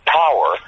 power